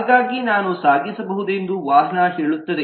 ಹಾಗಾಗಿ ನಾನು ಸಾಗಿಸಬಹುದೆಂದು ವಾಹನ ಹೇಳುತ್ತದೆ